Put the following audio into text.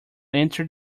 entered